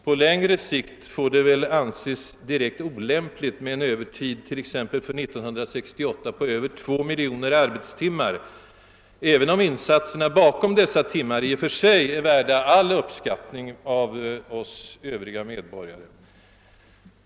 På längre sikt får det väl anses vara direkt olämpligt med en övertid på som t.ex. för år 1968, över 2 miljoner arbetstimmar, även om insatserna bakom dessa timmar i och för sig är värda all uppskattning av oss övriga medborgare.